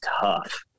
tough